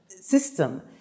system